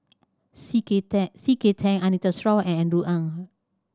C K C K Tang Anita Sarawak and Andrew Ang